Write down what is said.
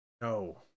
No